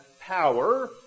power